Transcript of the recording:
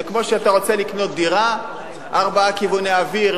זה כמו שאתה רוצה לקנות דירה: ארבעה כיווני אוויר,